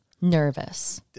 Nervous